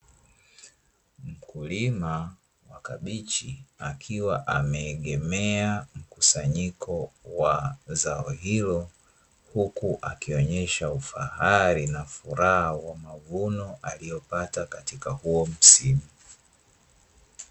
Mkulima wa kabichi, akiwa ameegemea mkusanyiko wa zao hilo, huku akionesha ufahari na furaha wa mavuno aliyopata katika huo msimu.